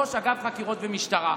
ראש אגף חקירות במשטרה.